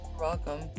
welcome